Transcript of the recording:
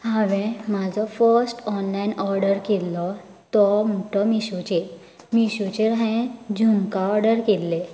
हांवे म्हजो first online order केल्लो तो म्हणटा तो मिशोचेर मिशोचेर हांये झुमकां ऑर्डर केल्ले